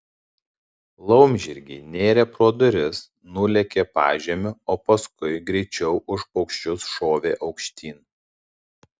laumžirgiai nėrė pro duris nulėkė pažemiu o paskui greičiau už paukščius šovė aukštyn